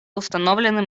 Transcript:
установлены